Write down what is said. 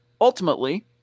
Ultimately